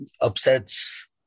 Upsets